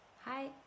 Hi